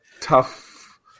tough